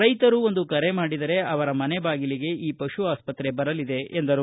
ರೈತರು ಒಂದು ಕರೆ ಮಾಡಿದರೆ ಅವರ ಮನೆ ಬಾಗಿಲಿಗೆ ಈ ಪಶು ಆಸ್ವಕ್ರೆ ಬರಲಿದೆ ಎಂದರು